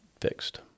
fixed